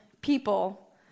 people